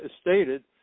stated